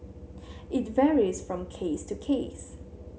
it varies from case to case